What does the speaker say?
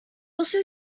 also